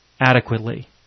adequately